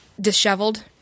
Disheveled